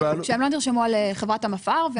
אמרתם שהם לא נרשמו על חברת המפא"ר.